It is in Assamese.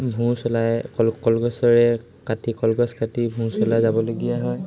ভোঁ চলাই কল কলগছৰে কাটি কলগছ কাটি ভোঁ চলাই যাবলগীয়া হয়